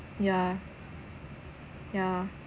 yeah yeah